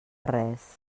res